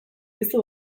piztu